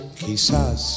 quizás